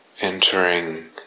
entering